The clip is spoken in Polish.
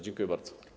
Dziękuję bardzo.